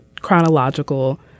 chronological